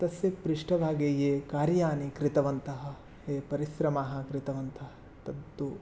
तस्य पृष्ठभागे ये कार्याणि कृतवन्तः ये परिश्रमं कृतवन्तः तत्तु